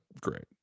great